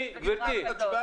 בחוק.